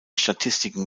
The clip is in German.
statistiken